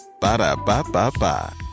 Ba-da-ba-ba-ba